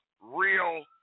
real